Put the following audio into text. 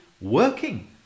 working